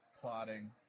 plotting